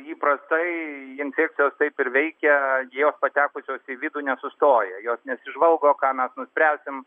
įprastai infekcijos taip ir veikia jos patekusios į vidų nesustoja jos nesižvalgo ką mes nuspręsim